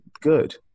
good